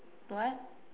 what